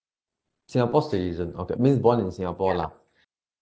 singapore citizen okay means born in singapore lah